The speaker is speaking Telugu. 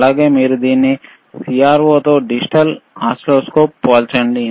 అలాగే మీరు దీన్ని CRO తో డిజిటల్ ఓసిల్లోస్కోప్ పోల్చండి